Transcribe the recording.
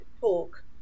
talk